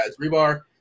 Rebar